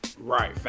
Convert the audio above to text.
Right